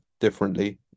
differently